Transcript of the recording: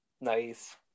Nice